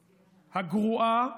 הגרועה,